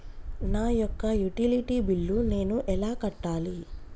నా యొక్క utility bill నేను ఎలా కట్టాలి?